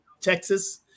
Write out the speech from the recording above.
Texas